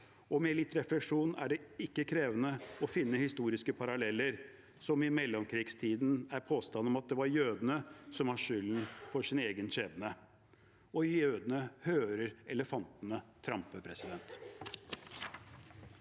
Med litt refleksjon er det ikke krevende å finne historiske paralleller til mellomkrigstiden med påstanden at det var jødene som hadde skylden for sin egen skjebne. Jødene hører elefantene trampe. Presidenten